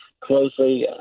closely